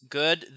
good